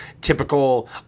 typical